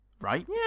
right